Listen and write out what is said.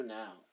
now